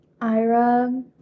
Ira